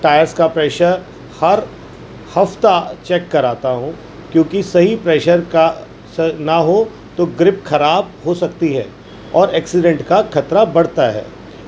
tyres کا pressure ہر ہفتہ چیک کراتا ہوں کیونکہ صحیح پریشر کا سا نہ ہو تو گرپ خراب ہو سکتی ہے اور ایکسیڈنٹ کا خطرہ بڑھتا ہے